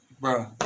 bro